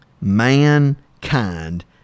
mankind